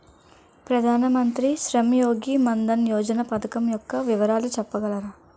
ప్రధాన మంత్రి శ్రమ్ యోగి మన్ధన్ యోజన పథకం యెక్క వివరాలు చెప్పగలరా?